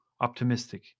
optimistic